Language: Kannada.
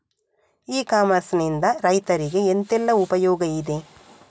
ಇ ಕಾಮರ್ಸ್ ನಿಂದ ರೈತರಿಗೆ ಎಂತೆಲ್ಲ ಉಪಯೋಗ ಇದೆ?